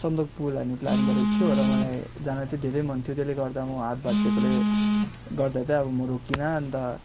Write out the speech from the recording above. सन्दकपुर लाने प्लान गरेको थियो र मलाई जान चाहिँ धेरै मन थियो त्यसले गर्दा म हात भाँचिएकोले गर्दा त अब म रोकिइनँ अन्त